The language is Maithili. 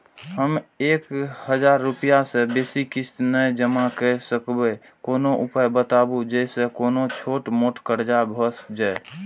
हम एक हजार रूपया से बेसी किस्त नय जमा के सकबे कोनो उपाय बताबु जै से कोनो छोट मोट कर्जा भे जै?